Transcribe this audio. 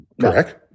Correct